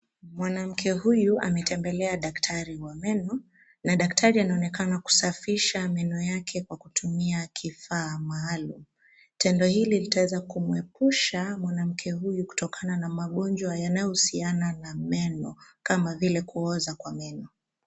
Mwanamke huyu ametembelea daktari wa meno, na daktari anaonekana kusafisha meno yake kwa kutumia kifaa maalum. Tendo hili litaweza kumwepusha mwanamke huyu kutokana na magonjwa yanayohusiana na meno kama vile kuoza kwa meno.